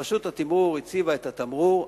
רשות התמרור הציבה את התמרור,